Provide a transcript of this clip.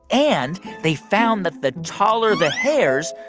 and they found that the taller the hairs,